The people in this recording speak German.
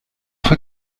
für